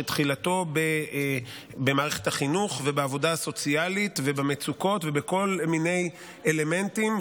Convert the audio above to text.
שתחילתו במערכת החינוך ובעבודה הסוציאלית ובמצוקות ובכל מיני אלמנטים,